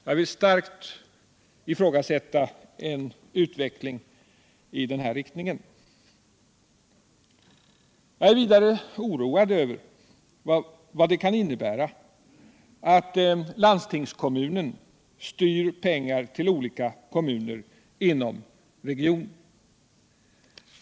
Jag vill starkt ifrågasätta en utveckling i den här riktningen. Jag är vidare oroad över vad det kan innebära att en landstingskommun styr pengar till olika kommuner inom regionen.